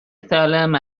سالم